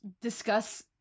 discuss